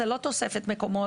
זה לא תוספת מקומות,